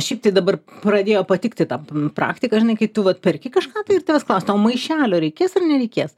šiaip tai dabar pradėjo patikti ta p praktika žinai kai tu vat perki kažką tai ir tavęs klausia tau maišelio reikės ar nereikės